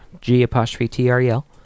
G-apostrophe-T-R-E-L